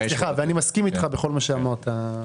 סליחה אני מסכים איתך במה שאמרת.